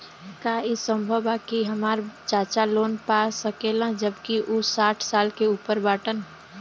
का ई संभव बा कि हमार चाचा लोन पा सकेला जबकि उ साठ साल से ऊपर बाटन?